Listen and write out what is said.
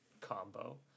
combo